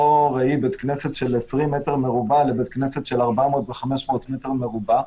לא ראי בית כנסת של 20 מטר מרובע לבית כנסת של 400 ו-500 מטר מרובע.